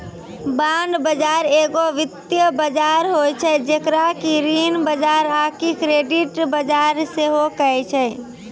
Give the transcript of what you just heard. bond बजार एगो वित्तीय बजार होय छै जेकरा कि ऋण बजार आकि क्रेडिट बजार सेहो कहै छै